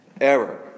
error